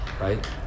right